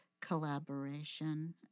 collaboration